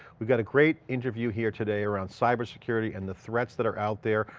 we've got a great interview here today around cybersecurity and the threats that are out there.